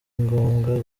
ngombwa